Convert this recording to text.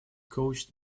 coached